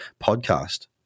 podcast